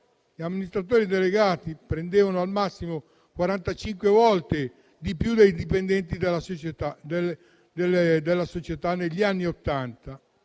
gli amministratori delegati prendevano al massimo 45 volte di più dei dipendenti della società della società